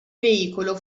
veicolo